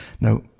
Now